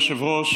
לא בסדר-היום.